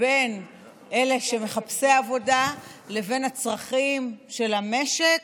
בין מחפשי העבודה לבין הצרכים של המשק,